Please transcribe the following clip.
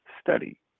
study